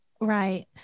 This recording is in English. Right